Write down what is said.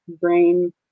brain